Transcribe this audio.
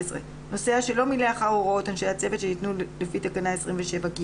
נוסע שלא מילא אחר הוראות אנשי הצוות שניתנו לפי תקנה 27(ג).